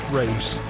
race